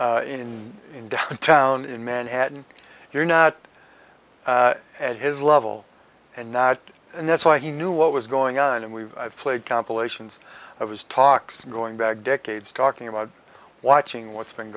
building in downtown in manhattan you're not at his level and nat and that's why he knew what was going on and we've played compilations of his talks going back decades talking about watching what's been